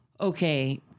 okay